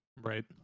Right